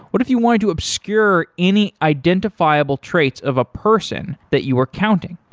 what if you want to obscure any identifiable traits of a person that you were counting?